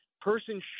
person